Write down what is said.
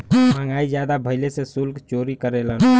महंगाई जादा भइले से सुल्क चोरी करेलन